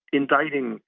indicting